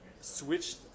switched